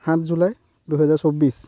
সাত জুলাই দুহেজাৰ চৌবিছ